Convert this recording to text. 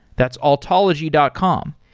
that's altology dot com.